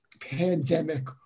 pandemic